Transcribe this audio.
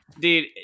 Dude